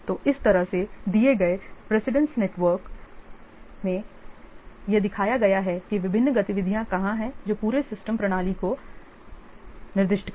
तो इस तरह से दिए गए प्रेसिडेंस नेटवर्क मैं यह दिखाया गया है कि विभिन्न गतिविधियाँ कहाँ हैं जो पूरे सिस्टम प्रणाली को निर्दिष्ट करें